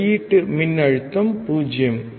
வெளியீட்டு மின்னழுத்தம் 0